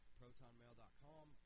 protonmail.com